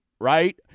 Right